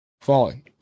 falling